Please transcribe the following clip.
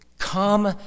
Come